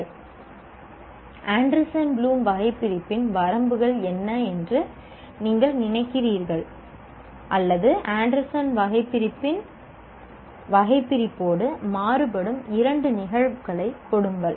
அல்லது Anderson Bloom வகைபிரிப்போடு மாறுபடும் இரண்டு நிகழ்வுகளைக் கொடுங்கள்